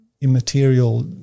immaterial